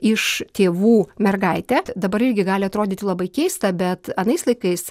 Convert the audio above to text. iš tėvų mergaitė dabar irgi gali atrodyti labai keista bet anais laikais